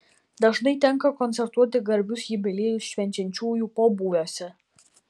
dažnai tenka koncertuoti garbius jubiliejus švenčiančiųjų pobūviuose